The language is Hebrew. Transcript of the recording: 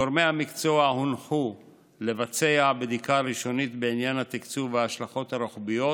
גורמי המקצוע הונחו לבצע בדיקה ראשונית בעניין התקצוב וההשלכות הרוחביות